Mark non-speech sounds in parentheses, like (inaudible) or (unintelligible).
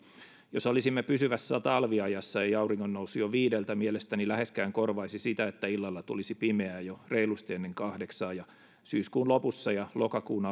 jos olisimme pysyvässä talviajassa ei auringonnousu jo viideltä mielestäni läheskään korvaisi sitä että illalla tulisi pimeää jo reilusti ennen kahdeksaa syyskuun lopussa ja lokakuun (unintelligible)